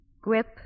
Grip